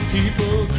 people